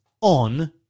on